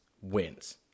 wins